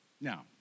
Now